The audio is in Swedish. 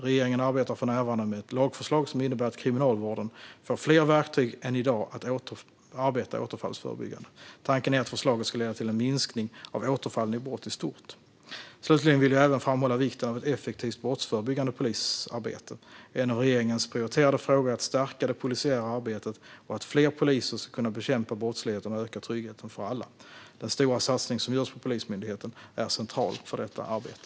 Regeringen arbetar för närvarande med ett lagförslag som innebär att Kriminalvården får fler verktyg än i dag att arbeta återfallsförebyggande. Tanken är att förslaget ska leda till en minskning av återfallen i brott i stort. Slutligen vill jag även framhålla vikten av ett effektivt brottsförebyggande polisarbete. En av regeringens prioriterade frågor är att stärka det polisiära arbetet och att fler poliser ska kunna bekämpa brottsligheten och öka tryggheten för alla. Den stora satsning som görs på Polismyndigheten är central för detta arbete.